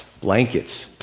Blankets